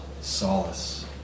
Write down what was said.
solace